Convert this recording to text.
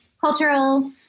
cultural